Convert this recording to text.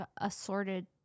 assorted